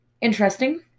interesting